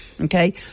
Okay